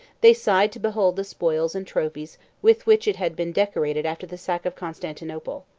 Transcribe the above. they sighed to behold the spoils and trophies with which it had been decorated after the sack of constantinople.